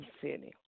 city